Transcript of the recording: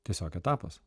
tiesiog etapas